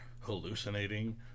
hallucinating